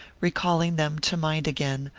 recalling them to mind again,